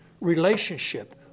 relationship